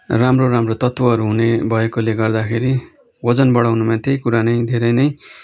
राम्रो राम्रो तत्त्वहरू हुने भएकोले गर्दाखेरि ओजन बढाउनुमा त्यही कुरा नै धेरै नै